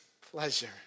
pleasure